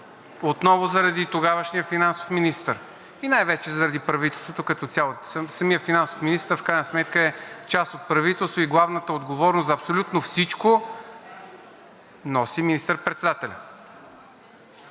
отново заради тогавашния финансов министър и най-вече за правителството като цяло. Самият финансов министър в крайна сметка е част от правителството и главната отговорност за абсолютно всички носи министър-председателят.